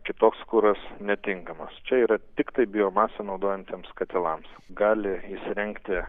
kitoks kuras netinkamas čia yra tiktai biomasę naudojantiems katilams gali įsirengti